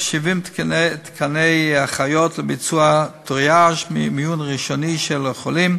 70 תקני אחיות לביצוע טריאז' מיון ראשוני של החולים,